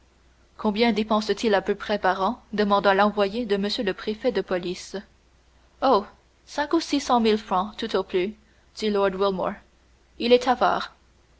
combien dépense t il à peu près par an demanda l'envoyé de m le préfet de police oh cinq ou six cent mille francs tout au plus dit lord wilmore il est avare